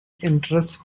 interests